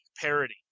parody